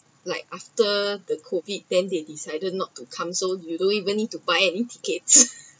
like after the COVID then they decided not to come so you don’t even need to buy any tickets